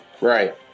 Right